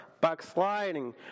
backsliding